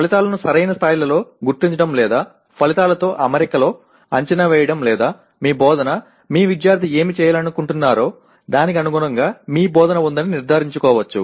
ఫలితాలను సరైన స్థాయిలో గుర్తించడం లేదా ఫలితాలతో అమరికలో అంచనా వేయడం లేదా మీ బోధన మీ విద్యార్థి ఏమి చేయాలనుకుంటున్నారో దానికి అనుగుణంగా మీ బోధన ఉందని నిర్ధారించుకోవచ్చు